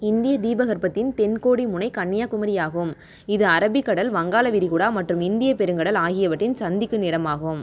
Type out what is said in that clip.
இந்திய தீபகற்பத்தின் தென்கோடி முனை கன்னியாகுமரி ஆகும் இது அரபிக்கடல் வங்காள விரிகுடா மற்றும் இந்தியப் பெருங்கடல் ஆகியவற்றின் சந்திக்கும் இடமாகும்